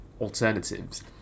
alternatives